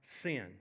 sin